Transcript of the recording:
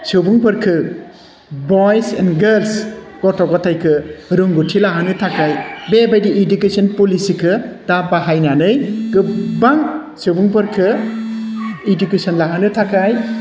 सुबुंफोरखौ बयस एनद गार्लस गथ' ग'थायखौ रोंगौथि लाहोनो थाखाय बेबायदि इडुकेसन पलिसिखौ दा बाहायनानै गोबां सुबुंफोरखौ इडुकेसन लाहोनो थाखाय